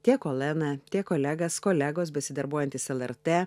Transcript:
tiek olena tiek olegas kolegos besidarbuojantys lrt